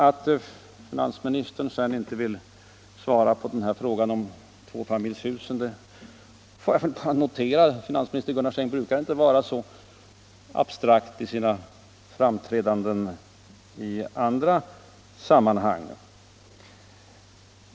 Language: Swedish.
Att finansministern inte vill svara på frågan om tvåfamiljshusen får jag väl bara notera. Finansminister Gunnar Sträng brukar emellertid inte vara så ”abstrakt” i sina framträdanden i andra sammanhang.